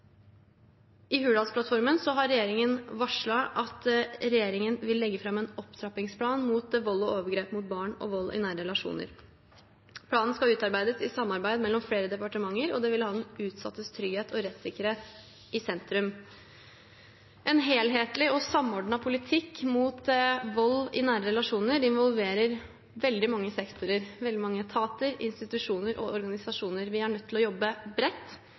I Hurdalsplattformen har regjeringen varslet at regjeringen vil legge fram en opptrappingsplan mot vold og overgrep mot barn og vold i nære relasjoner. Planen skal utarbeides i samarbeid mellom flere departementer, og den vil ha den utsattes trygghet og rettssikkerhet i sentrum. En helhetlig og samordnet politikk mot vold i nære relasjoner involverer veldig mange sektorer, veldig mange etater, institusjoner og organisasjoner. Vi er nødt til å jobbe bredt.